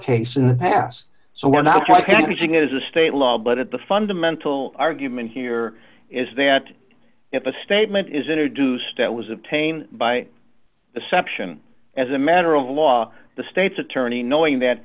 case in the past so we're not quite using it as a state law but at the fundamental argument here is that if a statement is introduced that was obtained by the section as a matter of law the state's attorney knowing that